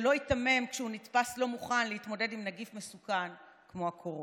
שלא ייתמם כשהוא נתפס לא מוכן להתמודד עם נגיף מסוכן כמו הקורונה.